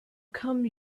come